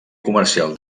comercial